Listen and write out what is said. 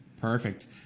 Perfect